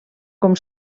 com